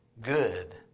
good